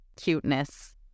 cuteness